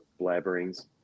blabberings